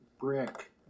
brick